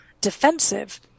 defensive